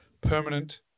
Permanent